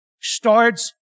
starts